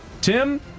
Tim